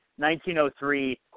1903